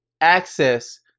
access